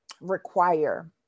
require